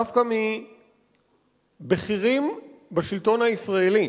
דווקא מבכירים בשלטון הישראלי,